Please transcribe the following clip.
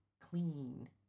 clean